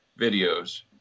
videos